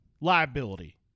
Liability